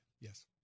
yes